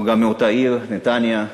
אנחנו גם מאותה העיר, נתניה.